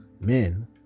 men